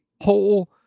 whole